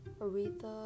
Aretha